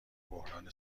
بحران